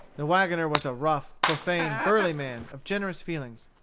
the wagoner was a rough, profane, burly man, of generous feelings.